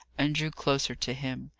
and drew closer to him.